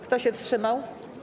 Kto się wstrzymał?